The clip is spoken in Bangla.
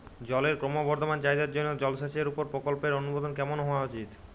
জলের ক্রমবর্ধমান চাহিদার জন্য জলসেচের উপর প্রকল্পের অনুমোদন কেমন হওয়া উচিৎ?